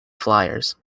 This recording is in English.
flyers